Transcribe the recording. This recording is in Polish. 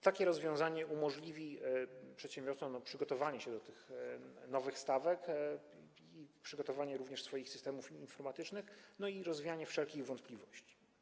Takie rozwiązanie umożliwi przedsiębiorstwom przygotowanie się do tych nowych stawek, przygotowanie również swoich systemów informatycznych i rozwianie wszelkich wątpliwości.